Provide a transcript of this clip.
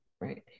Right